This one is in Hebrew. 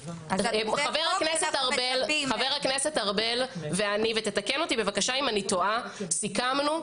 חבר הכנסת ארבל ואני ותקן אותי בבקשה אם אני טועה סיכמנו.